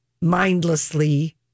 mindlessly